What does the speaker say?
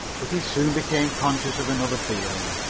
but he soon became conscious of another feeling.